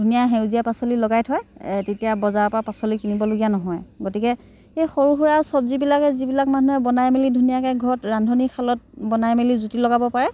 ধুনীয়া সেউজীয়া পাচলি লগাই থয় তেতিয়া বজাৰৰ পৰা পাচলি কিনিবলগীয়া নহয় গতিকে এই সৰু সুৰা চব্জীবিলাক যিবিলাক মানুহে বনাই মেলি ধুনীয়াকৈ ঘৰত ৰান্ধনিশালত বনাই মেলি জুতি লগাব পাৰে